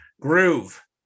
groove